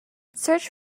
search